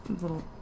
little